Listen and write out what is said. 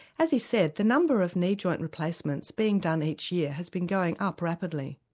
as he said the number of knee joint replacements being done each year has been going up rapidly.